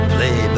Play